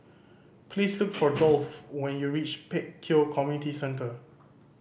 please look for Dolph when you reach Pek Kio Community Centre